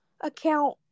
account